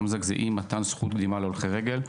אי-מתן זכות קדימה להולכי רגל.